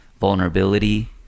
vulnerability